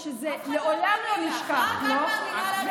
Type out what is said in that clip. תודה, היושב-ראש.